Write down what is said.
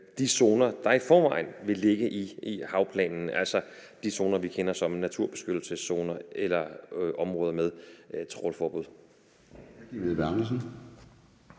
de zoner, der i forvejen vil ligge i havplanen, altså de zoner, vi kender som naturbeskyttelseszoner eller områder med et trawlforbud.